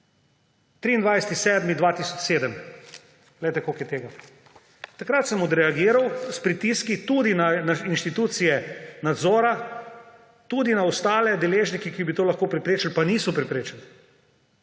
/ pokaže predmet/, koliko je tega. Takrat sem odreagiral s pritiski tudi na inštitucije nadzora, tudi na ostale deležnike, ki bi to lahko preprečili, pa niso preprečili.